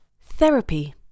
Therapy